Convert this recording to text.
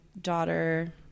daughter